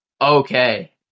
Okay